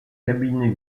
cabinet